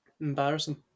Embarrassing